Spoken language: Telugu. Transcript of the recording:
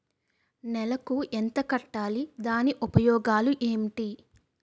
నెలకు ఎంత కట్టాలి? దాని ఉపయోగాలు ఏమిటి?